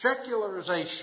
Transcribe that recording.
secularization